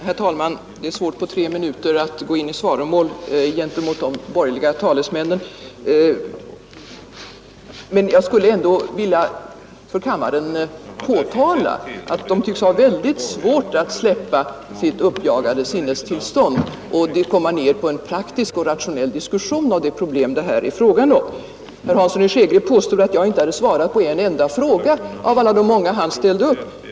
Herr talman! Det är svårt att på tre minuter gå in i svaromål mot de borgerliga talesmännen, men jag skulle ändå för kammaren vilja påtala att de tycks ha mycket svårt att släppa sitt uppjagade sinnestillstånd och komma ned till en praktisk och rationell diskussion av vad det här är fråga om. Herr Hansson i Skegrie påstod att jag inte hade svarat på en enda av alla de frågor han ställde.